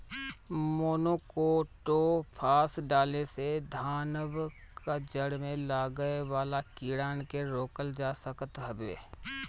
monocrotophos डाले से धान कअ जड़ में लागे वाला कीड़ान के रोकल जा सकत हवे